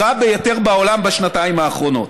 בשנתיים האחרונות.